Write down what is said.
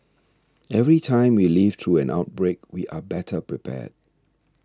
every time we live through an outbreak we are better prepared